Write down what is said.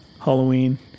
Halloween